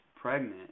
pregnant